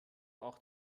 auch